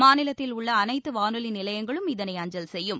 மாநிலத்தில் உள்ள அனைத்து வானொலி நிலையங்களும் இதனை அஞ்சல் செய்யும்